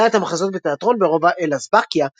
הוא העלה את המחזות בתיאטרון ברובע אל־אזבקיה,